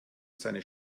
seine